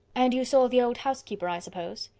and you saw the old housekeeper, i suppose?